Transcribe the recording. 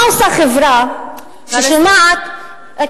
מה עושה חברה ששומעת, נא לסיים.